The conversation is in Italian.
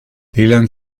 dylan